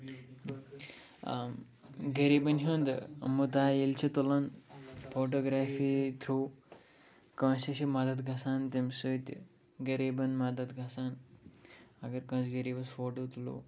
غریٖبَن ہُنٛد مُتعِل چھِ تُلَن فوٹوگرافی تھرٛوٗ کٲنٛسہِ چھِ مَدَتھ گژھان تَمہِ سۭتۍ غریٖبَن مَدَد گژھان اَگَر کٲنٛسہِ غریٖبَس فوٹو تُلو